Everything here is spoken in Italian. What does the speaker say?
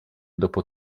dopo